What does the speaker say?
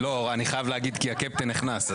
אני חייב להגיד, כי הקפטן נכנס.